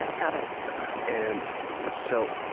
got it and so,